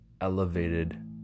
elevated